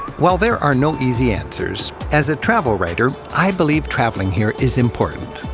while there are no easy answers, as a travel writer, i believe traveling here is important.